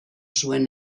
zuen